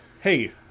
hey